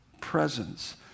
presence